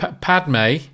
Padme